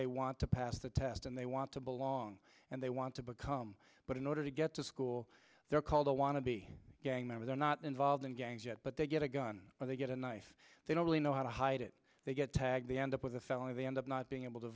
they want to pass the test and they want to belong and they want to become but in order to get to school they're called or want to be gang member they're not involved in gangs yet but they get a gun or they get a knife they don't really know how to hide it they get tagged the end up with a felony they end up not being able to